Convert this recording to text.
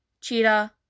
cheetah